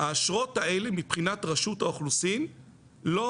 האשרות האלה מבחינת רשות האוכלוסין לא